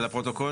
זה לפרוטוקול.